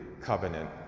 covenant